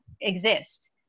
exist